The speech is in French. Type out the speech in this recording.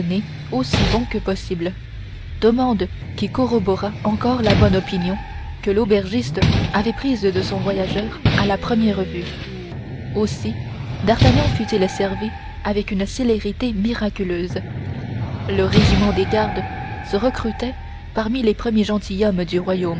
aussi bon que possible demande qui corrobora encore la bonne opinion que l'aubergiste avait prise de son voyageur à la première vue aussi d'artagnan fut-il servi avec une célérité miraculeuse le régiment des gardes se recrutait parmi les premiers gentilshommes du royaume